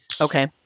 Okay